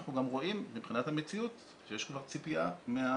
אנחנו גם רואים מבחינת המציאות שיש כבר ציפייה מהציבור,